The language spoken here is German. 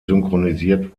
synchronisiert